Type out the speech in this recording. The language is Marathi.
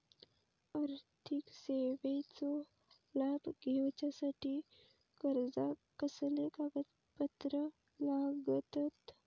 आर्थिक सेवेचो लाभ घेवच्यासाठी अर्जाक कसले कागदपत्र लागतत?